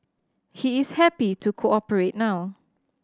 he is happy to cooperate now